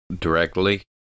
directly